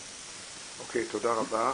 אוקיי, תודה רבה.